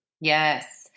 Yes